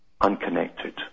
unconnected